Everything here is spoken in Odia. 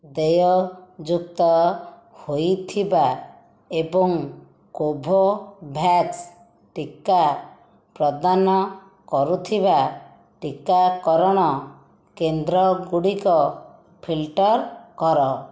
ଦେୟଯୁକ୍ତ ହୋଇଥିବା ଏବଂ କୋଭୋଭ୍ୟାକ୍ସ ଟୀକା ପ୍ରଦାନ କରୁଥିବା ଟୀକାକରଣ କେନ୍ଦ୍ରଗୁଡ଼ିକ ଫିଲ୍ଟର୍ କର